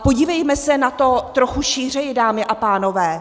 A podívejme se na to trochu šířeji, dámy a pánové.